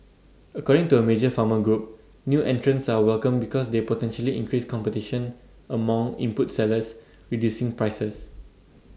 according to A major farmer group new entrants are welcome because they potentially increase competition among input sellers reducing prices